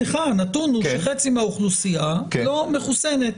סליחה, הנתון הוא שחצי מהאוכלוסייה לא מחוסנת.